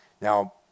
Now